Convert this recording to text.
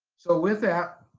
so with that,